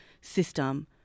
system